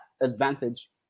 advantage